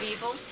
Evil